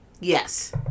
Yes